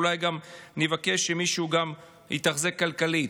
אולי גם אבקש שמישהו יתחזק כלכלית.